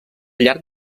llarg